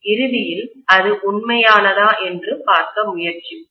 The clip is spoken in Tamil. இறுதியில் அது உண்மையானதா என்று பார்க்க முயற்சிப்போம்